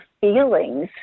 feelings